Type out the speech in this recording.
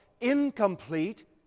incomplete